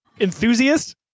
enthusiast